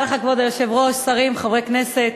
כבוד היושב-ראש, תודה לך, שרים, חברי כנסת,